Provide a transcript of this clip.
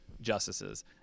justices